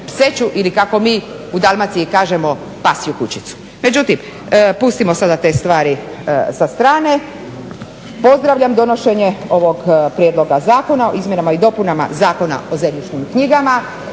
pseću ili kako mi u Dalmaciji kažemo pasju kućicu. Međutim pustimo sada te stvari sa strane, Pozdravljam donošenje ovog Prijedloga zakona o izmjenama i dopunama Zakona o zemljišnim knjigama